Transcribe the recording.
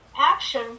action